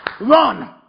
run